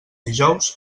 dijous